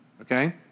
Okay